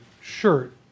shirt